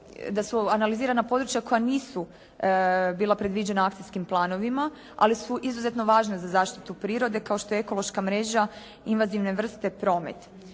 analizirana područja koja nisu bila predviđena akcijskim planovima, ali su izuzetno važna za zaštitu prirode kao što je Ekološka mreže invazivne vrste promet.